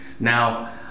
Now